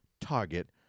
Target